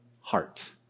heart